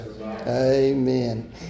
Amen